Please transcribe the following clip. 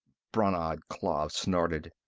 brannad klav snorted.